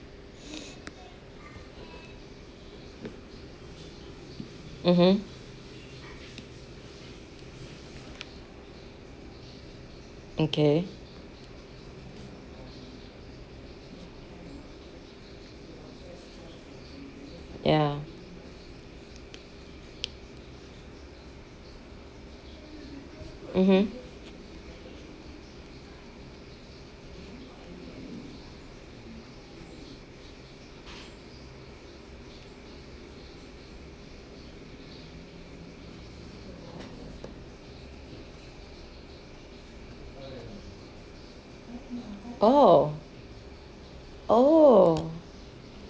mmhmm okay yeah mmhmm !ow! !ow!